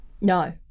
No